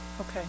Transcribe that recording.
Okay